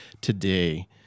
today